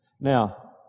Now